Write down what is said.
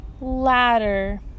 Ladder